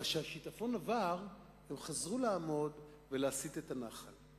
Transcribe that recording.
וכשהשיטפון עבר הם חזרו לעמוד ולהסיט את הנחל.